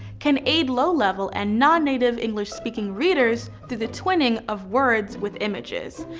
can aid low-level and nonnative english-speaking readers through the twinning of words with images,